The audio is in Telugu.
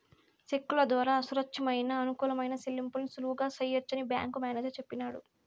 సెక్కుల దోరా సురచ్చితమయిన, అనుకూలమైన సెల్లింపుల్ని సులువుగా సెయ్యొచ్చని బ్యేంకు మేనేజరు సెప్పినాడు